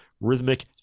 rhythmic